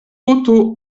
poto